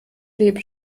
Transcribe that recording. leben